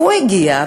והוא הגיע,